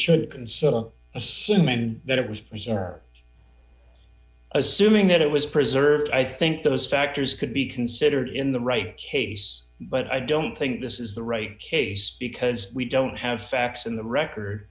should can settle assume and that it was preserved assuming that it was preserved i think those factors could be considered in the right case but i don't think this is the right case because we don't have facts in the record